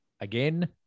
again